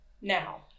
Now